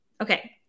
Okay